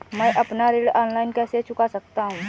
मैं अपना ऋण ऑनलाइन कैसे चुका सकता हूँ?